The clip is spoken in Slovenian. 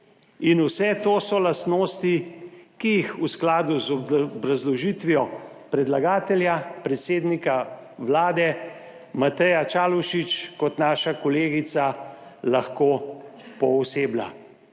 In vse to so lastnosti, ki jih v skladu z obrazložitvijo predlagatelja, predsednika Vlade, Mateja Čalušić kot naša kolegica lahko pooseblja.